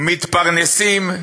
מתפרנסים,